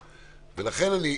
לשמאלך.